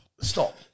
stop